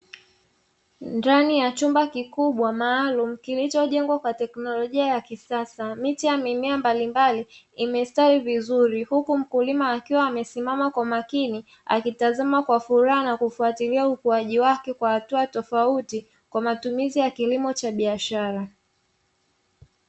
Ndani ya chumba kikubwa maalumu kilichojengwa kwa teknolojia ya kisasa, miche ya mimea mbalimbali imestawi vizuri huku mkulima akiwa amesimama kwa makini akitazama kwa furaha na kufuatilia ukuaji wake kwa hatua tofauti kwa matumizi ya kilimo cha biashara.